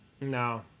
No